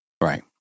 Right